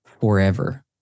forever